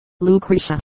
Lucretia